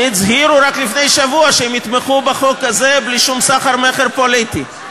שהצהירו רק לפני שבוע שהם יתמכו בחוק הזה בלי שום סחר-מכר פוליטי?